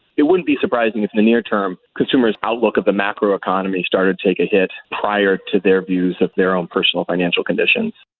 it wouldn't be surprising if in the near term, consumers' outlook of the macroeconomy started to take a hit prior to their views of their own personal financial conditions.